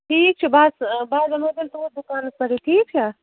ٹھیٖک چھُ بَس بہٕ حظ یِمو تیٚلہِ توٗرۍ دُکانس پٮ۪ٹھٕے ٹھیٖک چھا